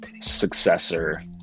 successor